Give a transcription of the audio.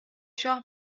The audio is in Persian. شاه